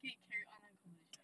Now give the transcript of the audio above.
可以 carry on 那个 conversation